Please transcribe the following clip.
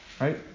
Right